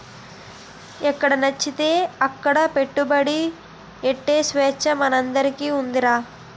ఎక్కడనచ్చితే అక్కడ పెట్టుబడి ఎట్టే సేచ్చ మనందరికీ ఉన్నాదిరా